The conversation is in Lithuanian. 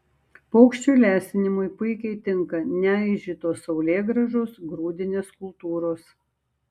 paukščių lesinimui puikiai tinka neaižytos saulėgrąžos grūdinės kultūros